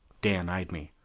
dean eyed me.